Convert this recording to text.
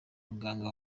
umuganga